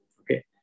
Okay